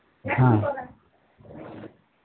হ্যাঁ